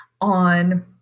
on